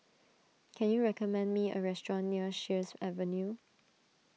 can you recommend me a restaurant near Sheares Avenue